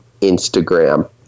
Instagram